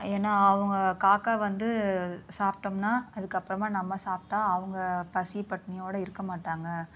ஏன்னால் அவங்க காக்கா வந்து சாப்பிட்டோம்னா அதுக்கப்புறமா நம்ம சாப்பிட்டா அவங்க பசி பட்டினியோடு இருக்க மாட்டாங்க